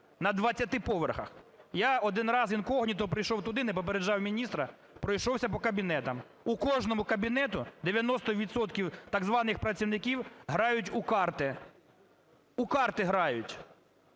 На 20 поверхах! Я один раз інкогніто прийшов туди, не попереджав міністра, пройшовся по кабінетах. У кожному кабінеті 90 відсотків так званих працівників грають у карти. У карти грають,